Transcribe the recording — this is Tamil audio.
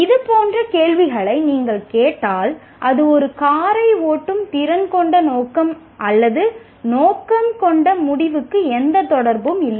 இதுபோன்ற கேள்விகளை நீங்கள் கேட்டால் அது ஒரு காரை ஓட்டும் திறன் கொண்ட நோக்கம் அல்லது நோக்கம் கொண்ட முடிவுக்கு எந்த தொடர்பும் இல்லை